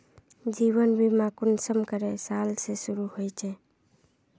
जीवन बीमा कुंसम करे साल से शुरू होचए?